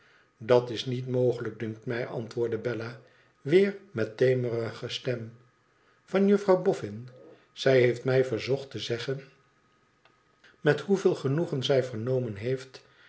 dat is niet mogelijk dunkt mij i antwoordde bella weer met ternerige stem van juffrouw boffin zij heeft mij verzocht te zeggen met hoeveel genoegen zij vernomen heeft